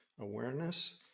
awareness